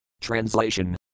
Translation